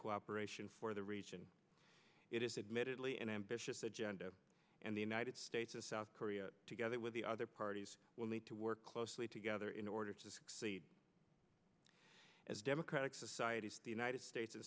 cooperation for the region it is admittedly an ambitious agenda and the united states and south korea together with the other parties will need to work closely together in order to succeed as democratic societies the united states